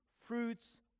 fruits